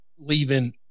leaving